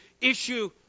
issue